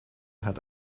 hat